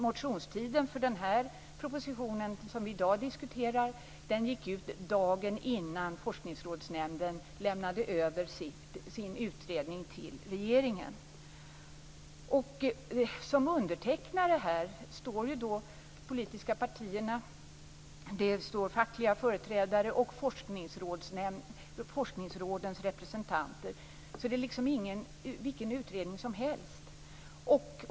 Motionstiden för den proposition som vi i dag diskuterar gick ut dagen innan Forskningsrådsnämnden lämnade över sin utredning till regeringen. Som undertecknare står politiska partier, fackliga företrädare och forskningsrådens representanter. Det är inte vilken utredning som helst.